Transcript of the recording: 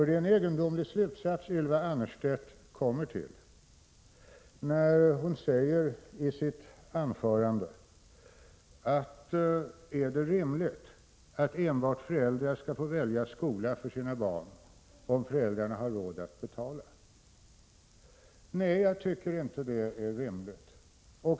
Det är en egendomlig slutsats som Ylva Annerstedt kommer till. Hon frågar: Är det rimligt att föräldrar skall få välja skola för sina barn enbart om de har råd att betala? Nej, jag tycker inte det är rimligt.